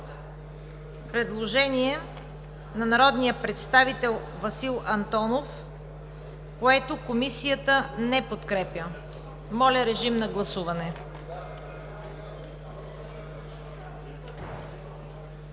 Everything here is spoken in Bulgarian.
предложението на народния представител Дора Янкова, което Комисията не подкрепя. Моля, режим на гласуване.